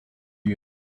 you